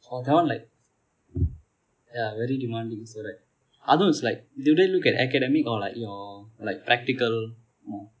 oh cannot like ya very demanding also right அதுவும்:athuvum is like do they look at academic or like your like practical more